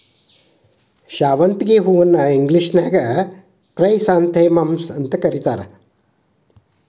ಶಾವಂತಿಗಿ ಹೂವನ್ನ ಇಂಗ್ಲೇಷನ್ಯಾಗ ಕ್ರೈಸಾಂಥೆಮಮ್ಸ್ ಅಂತ ಕರೇತಾರ